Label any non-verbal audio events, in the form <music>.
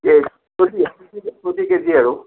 <unintelligible> প্ৰতি কেজি আৰু